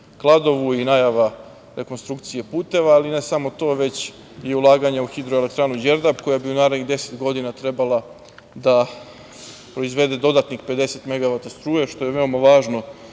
i najava rekonstrukcije puteva, ali i ne samo to, već i ulaganje u hidroelektranu „Đerdap“ koja u narednih 10 godina trebala da proizvede dodatnih 50 megavata struje, što je veoma važno